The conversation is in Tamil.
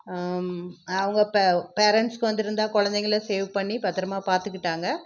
அவங்க பே பேரன்ட்ஸ் வந்திருந்தா குழந்தைகள சேவ் பண்ணி பத்திரமா பார்த்துக்கிட்டாங்க